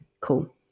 Cool